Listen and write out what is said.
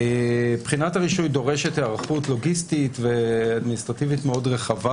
בחינת הרישוי דורשת היערכות לוגיסטית ואדמיניסטרטיבית מאוד רחבה